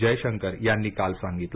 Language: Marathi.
जयशंकर यांनी काल सांगितलं